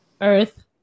Earth